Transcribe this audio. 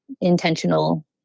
intentional